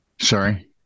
Sorry